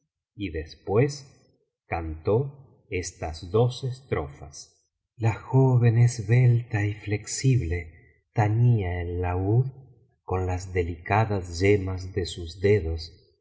y después cantó estas dos estrofas biblioteca valenciana generalitat valenciana historia de dulce amiga la joven esbelta y flexible tañía el laúd con las delicadas yemas de sus dedos